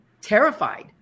terrified